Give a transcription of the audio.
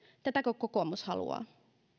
tätäkö kokoomus haluaa